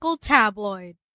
Tabloid